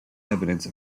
evidence